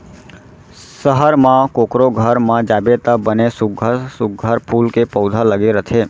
सहर म कोकरो घर म जाबे त बने सुग्घर सुघ्घर फूल के पउधा लगे रथे